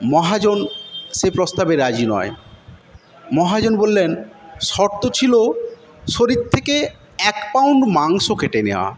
মহাজন সে প্রস্তাবে রাজি নয় মহাজন বললেন শর্ত ছিল শরীর থেকে এক পাউন্ড মাংস কেটে নেওয়া